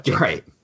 Right